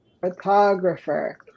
Photographer